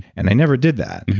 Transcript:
and i never did that,